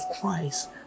Christ